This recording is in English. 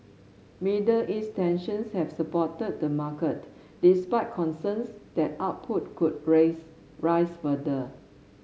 Middle East tensions have supported the market despite concerns that output could rise further